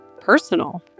personal